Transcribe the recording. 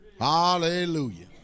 Hallelujah